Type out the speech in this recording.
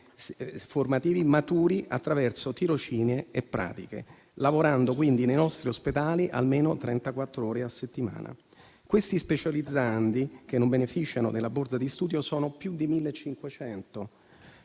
formativi maturi attraverso tirocini e pratiche, lavorando quindi nei nostri ospedali almeno 34 ore a settimana. Questi specializzandi che non beneficiano della borsa di studio sono più di 1.500.